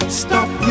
stop